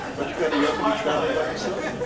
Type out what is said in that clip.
but you kind of young to be traveling by yourself?